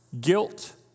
guilt